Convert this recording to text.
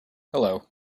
hello